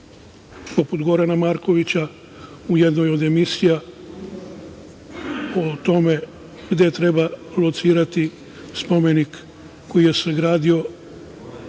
poput Gorana Markovića u jednoj od emisija o tome gde treba locirati spomenik koji je sagradio